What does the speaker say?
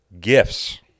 Gifts